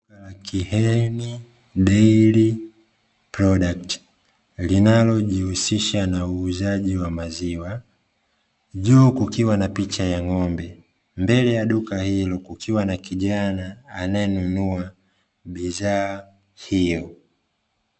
KIENI DAIRY PRODUCT linalojihusisha na uuzaji wa maziwa, juu kukiwa na picha ya ng'ombe, mbele ya duka hilo kukiwa na kijana anayenunua bidhaa hiyo.